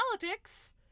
politics